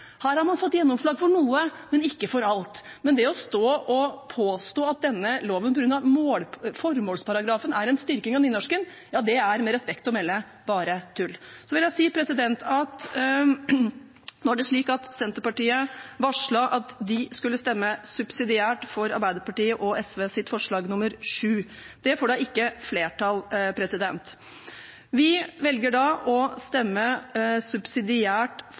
her har han fått gjennomslag for noe, men ikke for alt. Men det å stå og påstå at på grunn av formålsparagrafen er denne loven en styrking av nynorsken, er med respekt å melde bare tull. Så vil jeg si at Senterpartiet varslet at de skulle stemme subsidiært for forslag nr. 7, fra Arbeiderpartiet og SV. Det får ikke flertall. Vi velger da å stemme subsidiært